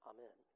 Amen